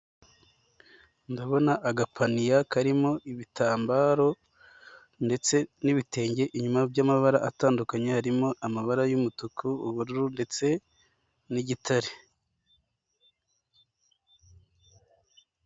Ndabona agapaniya karimo ibitambaro ndetse n'ibitenge inyuma by'amabara atandukanye harimo amabara y'umutuku, ubururu ndetse n'igitare.